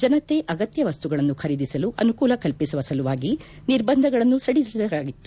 ಜನತೆ ಅಗತ್ಯ ವಸ್ತುಗಳನ್ನು ಖರೀದಿಸಲು ಅನುಕೂಲ ಕಲ್ಪಸುವ ಸಲುವಾಗಿ ನಿರ್ಬಂಧಗಳನ್ನು ಸಡಿಲಿಸಲಾಗಿತ್ತು